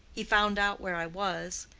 he found out where i was.